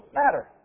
matter